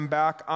back